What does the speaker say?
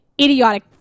idiotic